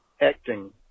acting